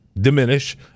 diminish